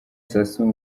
sassou